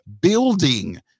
building